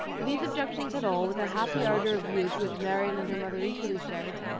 but these objections had all, with that happy ardour of youth which marianne and her mother equally shared,